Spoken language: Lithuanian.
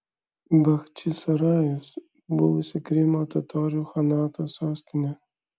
bachčisarajus buvusi krymo totorių chanato sostinė